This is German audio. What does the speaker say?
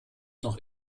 noch